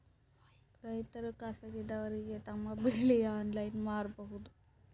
ರೈತರು ಖಾಸಗಿದವರಗೆ ತಮ್ಮ ಬೆಳಿ ಆನ್ಲೈನ್ ಮಾರಬಹುದು?